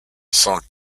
cent